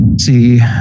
see